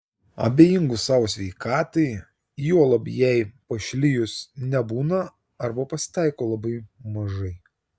abejingų savo sveikatai juolab jai pašlijus nebūna arba pasitaiko labai mažai